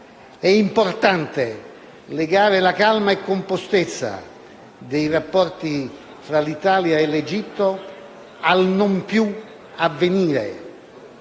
È importante legare la calma e la compostezza dei rapporti tra l'Italia e l'Egitto al non verificarsi